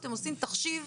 כשאתם עושים תחשיב,